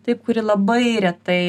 taip kuri labai retai